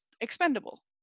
expendable